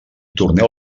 torneu